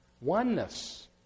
Oneness